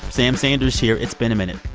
sam sanders here. it's been a minute.